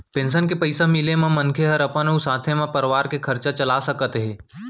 pension के पइसा मिले ले मनखे हर अपन अउ साथे म परवार के खरचा चला सकत हे